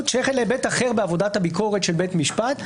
שייכת להיבט אחר בעבודת הביקורת של בית המשפט,